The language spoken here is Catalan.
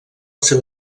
seu